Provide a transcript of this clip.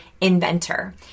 inventor